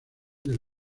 del